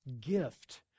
gift